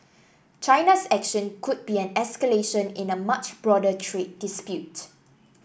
China's action could be an escalation in a much broader trade dispute